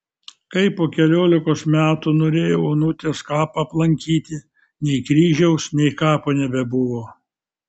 kai po keliolikos metų norėjau onutės kapą aplankyti nei kryžiaus nei kapo nebebuvo